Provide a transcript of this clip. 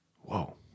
Whoa